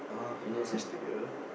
Universal-Studio